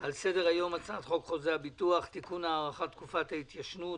על סדר היום הצעת חוק חוזה הביטוח (תיקון - הארכת תקופת ההתיישנות),